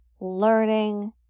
learning